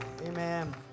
Amen